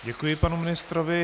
Děkuji panu ministrovi.